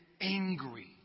angry